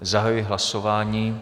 Zahajuji hlasování.